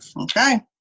Okay